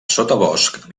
sotabosc